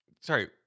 Sorry